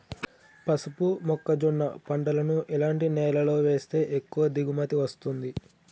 పసుపు మొక్క జొన్న పంటలను ఎలాంటి నేలలో వేస్తే ఎక్కువ దిగుమతి వస్తుంది?